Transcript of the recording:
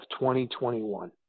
2021